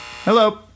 Hello